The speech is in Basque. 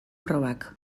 probak